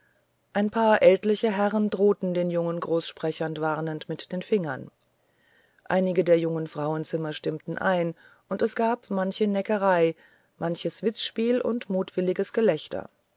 ein paar ältliche herren drohten den jungen großsprechern warnend mit den fingern einige junge frauenzimmer stimmten ein und es gab manche neckerei manches witzspiel und mutwilliges gelächter